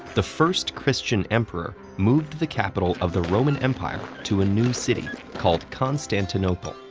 the first christian emperor, moved the capital of the roman empire to a new city called constantinople,